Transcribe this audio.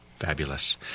Fabulous